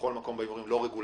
שבכל מקום אומרים: לא רגולציה,